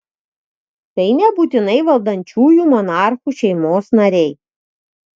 tai nebūtinai valdančiųjų monarchų šeimos nariai